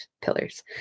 pillars